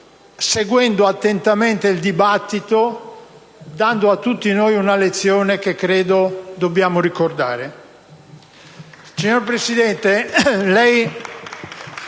seguendo attentamente il dibattito, dando a tutti noi una lezione che credo dobbiamo ricordare.